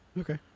okay